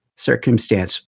Circumstance